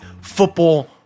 football